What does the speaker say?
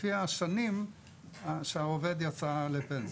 ז"T לפי השנים שבהם העובד יצא לפנסיה,